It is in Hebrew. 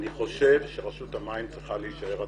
אני חושב שרשות המים צריכה להישאר עצמאית,